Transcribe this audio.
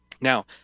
Now